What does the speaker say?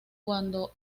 cuando